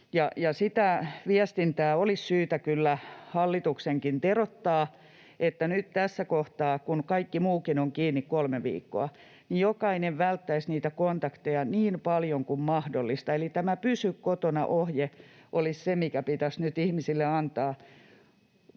sitä viestintää olisi syytä kyllä hallituksenkin teroittaa, että nyt tässä kohtaa, kun kaikki muukin on kiinni kolme viikkoa, jokainen välttäisi niitä kontakteja niin paljon kuin mahdollista. Eli tämä ”pysy kotona” ‑ohje olisi se, mikä pitäisi nyt ihmisille antaa: